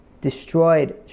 destroyed